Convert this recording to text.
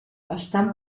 estan